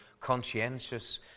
conscientious